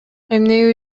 эмне